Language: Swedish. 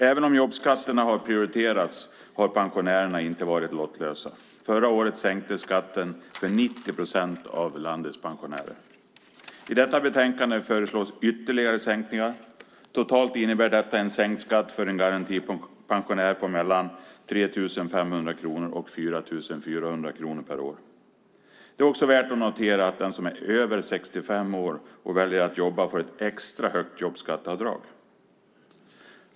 Även om jobbskatterna har prioriterats har pensionärerna inte varit lottlösa. Förra året sänktes skatten för 90 procent av landets pensionärer. I detta betänkande föreslås ytterligare sänkningar. Totalt innebär detta en sänkt skatt för en garantipensionär på mellan 3 500 kronor och 4 400 kronor per år. Det är också värt att notera att den som är över 65 år och väljer att jobba får ett extra högt jobbskatteavdrag.